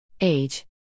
Age